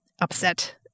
upset